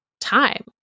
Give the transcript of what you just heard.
time